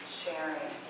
sharing